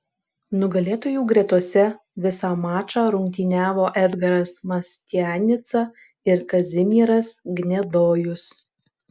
nugalėtojų gretose visą mačą rungtyniavo edgaras mastianica ir kazimieras gnedojus